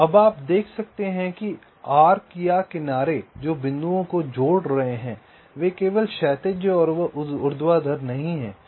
तो अब आप देख सकते हैं कि आर्क या किनारे जो बिंदुओं को जोड़ रहे हैं वे केवल क्षैतिज और ऊर्ध्वाधर नहीं हैं